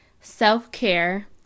Self-care